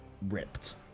ripped